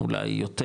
אולי יותר,